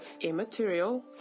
immaterial